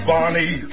Bonnie